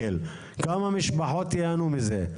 ייהנו מזה?